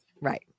Right